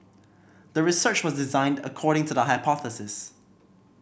the research was designed according to the hypothesis